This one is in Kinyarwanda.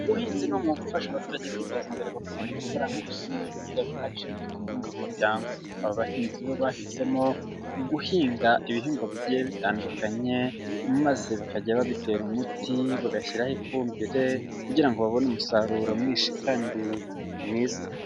Ubuhinzi ni umwuga ufasha abaturage kwiteza imbere bakabona amafaranga ndetse n'ibyo kurya bihagije byo gutunga umuryango, aba bahinzi bo bahisemo guhinga ibihingwa bigiye bitandukanye, maze bakajya babitera umuti, bagashyiraho ifumbire kugira ngo babone umusaruro mwinshi kandi mwiza.